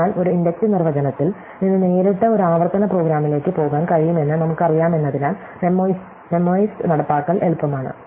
അതിനാൽ ഒരു ഇൻഡക്റ്റീവ് നിർവചനത്തിൽ നിന്ന് നേരിട്ട് ഒരു ആവർത്തന പ്രോഗ്രാമിലേക്ക് പോകാൻ കഴിയുമെന്ന് നമുക്കറിയാമെന്നതിനാൽ മെമ്മോയിസ്ഡ് നടപ്പാക്കൽ എളുപ്പമാണ്